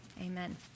Amen